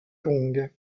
kong